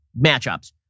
matchups